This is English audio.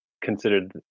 considered